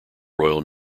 royal